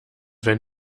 wenn